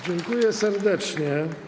Dziękuję serdecznie.